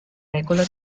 regola